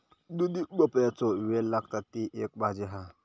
दुधी भोपळ्याचो वेल लागता, ती एक भाजी हा